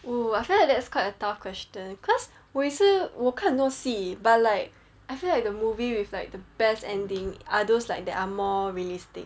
oo I feel like that's quite a tough question cause 我也是我看很多戏 but like I feel like the movie with like the best ending are those that are like more realistic